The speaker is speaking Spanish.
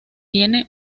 tiene